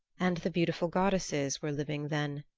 and the beautiful goddesses were living then,